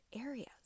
areas